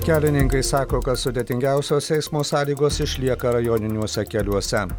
kelininkai sako kad sudėtingiausios eismo sąlygos išlieka rajoniniuose keliuose